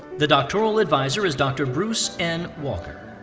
the doctoral advisor is dr. bruce n. walker.